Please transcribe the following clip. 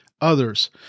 others